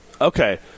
Okay